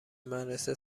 مدرسه